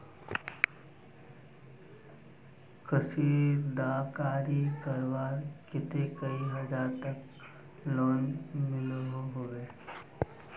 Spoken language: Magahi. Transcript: कशीदाकारी करवार केते कई हजार तक लोन मिलोहो होबे?